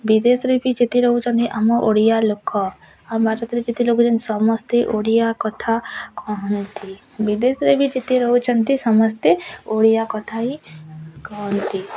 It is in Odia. ବିଦେଶରେ ବି ଯେତେ ରହୁଛନ୍ତି ଆମ ଓଡ଼ିଆ ଲୋକ ଆମ ଭାରତରେ ଯେତେ ଲୋକ ଅଛନ୍ତି ସମସ୍ତେ ଓଡ଼ିଆ କଥା କହନ୍ତି ବିଦେଶରେ ବି ଯେତେ ରହୁଛନ୍ତି ସମସ୍ତେ ଓଡ଼ିଆ କଥା ହିଁ କହନ୍ତି